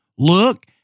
Look